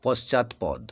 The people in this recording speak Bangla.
পশ্চাৎপদ